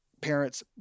parents